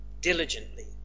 diligently